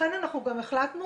לכן גם החלטנו